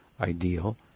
ideal